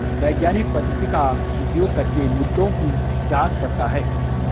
वैज्ञानिक पद्धति का उपयोग करके मुद्दों की जांच करता है